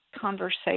conversation